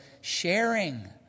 sharing